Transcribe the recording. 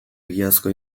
egiazko